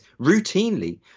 routinely